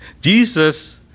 Jesus